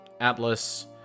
Atlas